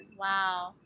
wow